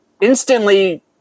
instantly